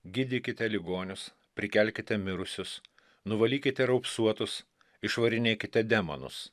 gydykite ligonius prikelkite mirusius nuvalykite raupsuotus išvarinėkite demonus